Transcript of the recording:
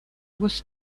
was